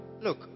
look